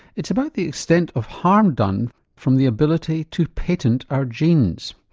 it's about the extent of harm done from the ability to patent our genes.